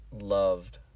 loved